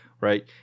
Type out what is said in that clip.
Right